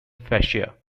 fascia